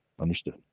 Understood